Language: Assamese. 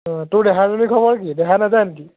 অঁ তোৰ দেহাজনীৰ খবৰ কি দেহা নেযায় নেকি